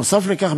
נוסף על כך,